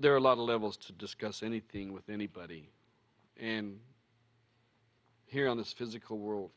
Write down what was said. there are a lot of levels to discuss anything with anybody and here on this physical world